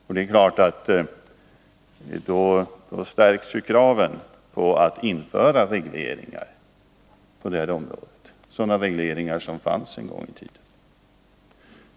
Om det är så, då stärks ju kraven på att införa regleringar på det här området av den typ som fanns en gång i tiden.